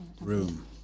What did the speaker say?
room